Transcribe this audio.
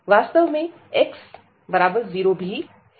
वास्तव में x0 भी है